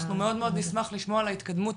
אנחנו מאוד מאוד נשמח לשמוע על ההתקדמות,